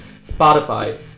Spotify